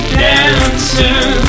dancing